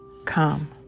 Come